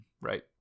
right